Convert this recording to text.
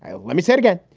ah let me say again,